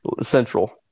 Central